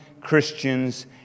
Christians